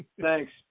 Thanks